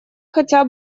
хотя